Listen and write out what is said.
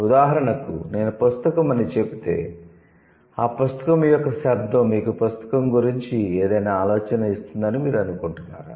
ఉదాహరణకు నేను 'పుస్తకం' అని చెబితే ఆ పుస్తకం యొక్క శబ్దం మీకు పుస్తకం గురించి ఏదైనా ఆలోచన ఇస్తుందని మీరు అనుకుంటున్నారా